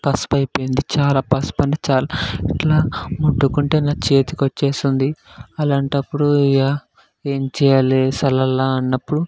పసుపు ఐపోయింది చాలా పసుపు అంతా చాలా ఇలా ముట్టుకుంటే నా చేతికి వచ్చేస్తుంది అలాంటప్పుడు ఇక ఏం చేయాలి చల్లాలా అన్నప్పుడు